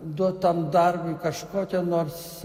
duot tam darbui kažkokią nors